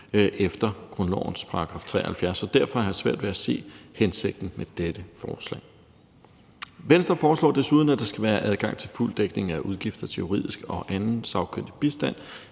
efter grundlovens § 73. Og derfor har jeg svært ved at se hensigten med dette forslag. Venstre foreslår desuden, at der skal være adgang til fuld dækning af udgifter til juridisk og anden sagkyndig bistand